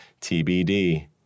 TBD